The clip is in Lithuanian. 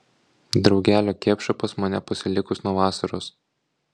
draugelio kepša pas mane pasilikus nuo vasaros